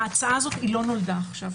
ההצעה הזאת לא נולדה עכשיו.